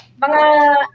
Mga